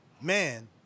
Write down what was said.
man